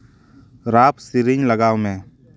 ᱨᱟᱯ ᱥᱮᱨᱮᱧ ᱞᱟᱜᱟᱣ ᱢᱮ